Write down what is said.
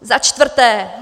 Za čtvrté.